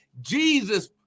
Jesus